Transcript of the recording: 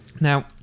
Now